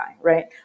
right